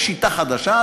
יש שיטה חדשה,